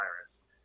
virus